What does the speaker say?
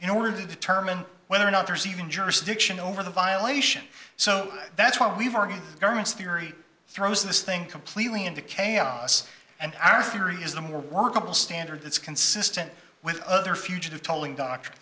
in order to determine whether or not there's even jurisdiction over the violation so that's why we've argued government's theory throws this thing completely into chaos and our theory is the more workable standard that's consistent with other fugitive to